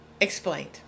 explained